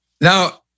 Now